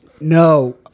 No